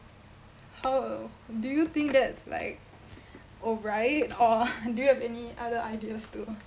how do you think that's like alright or do you have any other ideas too